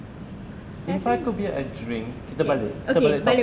if I could be a drink kita balik kita balik